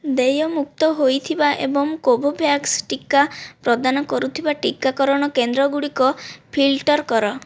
ଦେୟମୁକ୍ତ ହୋଇଥିବା ଏବଂ କୋଭୋଭ୍ୟାକ୍ସ ଟିକା ପ୍ରଦାନ କରୁଥିବା ଟିକାକରଣ କେନ୍ଦ୍ରଗୁଡ଼ିକ ଫିଲ୍ଟର କର